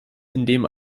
indem